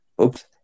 Oops